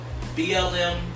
BLM